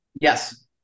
Yes